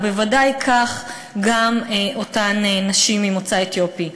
ובוודאי כך גם אותן נשים ממוצא אתיופי.